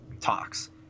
talks